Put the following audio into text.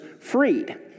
freed